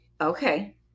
Okay